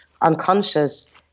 unconscious